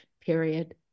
period